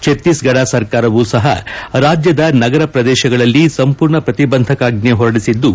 ಛತ್ತೀಸ್ಗಢ ಸರ್ಕಾರವೂ ಸಹ ರಾಜ್ಯದ ನಗರ ಪ್ರದೇಶಗಳಲ್ಲಿ ಸಂಪೂರ್ಣ ಪ್ರತಿಬಂಧಕಾಜ್ಞೆ ಹೊರಡಿಸಿದ್ದು